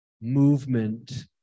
movement